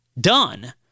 Done